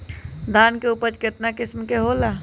धान के उपज केतना किस्म के होला?